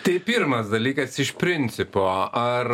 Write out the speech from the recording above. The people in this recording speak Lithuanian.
tai pirmas dalykas iš principo ar